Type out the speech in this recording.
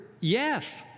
yes